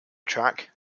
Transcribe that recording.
track